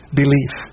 belief